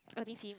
okay okay okay